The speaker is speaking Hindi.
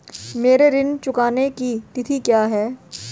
मेरे ऋण चुकाने की तिथि क्या है?